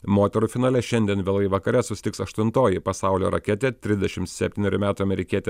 moterų finale šiandien vėlai vakare susitiks aštuntoji pasaulio raketė trisdešim septynerių metų amerikietė